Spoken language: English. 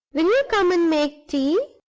will you come and make tea?